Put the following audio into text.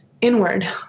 inward